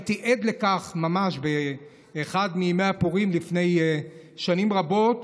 הייתי עד לכך ממש באחד מימי הפורים לפני שנים רבות,